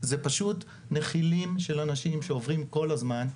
זה פשוט נחילים של אנשים שעוברים כל הזמן.